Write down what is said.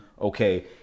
okay